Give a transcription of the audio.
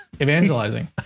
evangelizing